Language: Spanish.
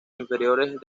inferiores